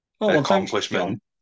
accomplishment